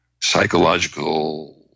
psychological